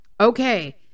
Okay